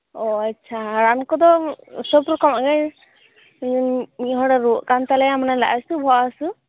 ᱚ ᱟᱪᱪᱷᱟ ᱨᱟᱱ ᱠᱚᱫᱚ ᱥᱚᱵ ᱨᱚᱠᱚᱢᱟᱜ ᱜᱮ ᱢᱤᱫ ᱦᱚᱲᱮ ᱨᱩᱣᱟᱹᱜ ᱠᱟᱱ ᱛᱟᱞᱮᱭᱟ ᱢᱟᱱᱮ ᱞᱟᱡ ᱦᱟᱥᱩ ᱵᱚᱦᱚᱜ ᱦᱟᱥᱩ